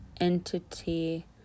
entity